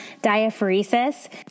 diaphoresis